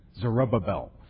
Zerubbabel